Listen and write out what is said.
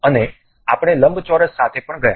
અને આપણે લંબચોરસ સાથે પણ ગયા